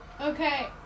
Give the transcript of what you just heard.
okay